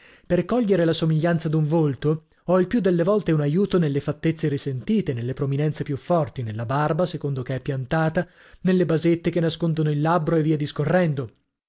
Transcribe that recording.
per cogliere la somiglianza d'un volto ho il più delle volte un aiuto nelle fattezze risentite nelle prominenze più forti nella barba secondo che è piantata nelle basette che nascondono il labbro e via discorrendo